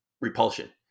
repulsion